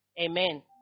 Amen